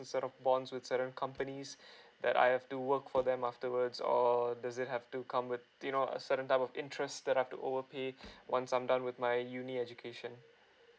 a certain bonds with certain companies that I have to work for them afterwards or does it have to come with you know a certain type of interest that I have to overpay once I'm done with my uni~ education